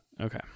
Okay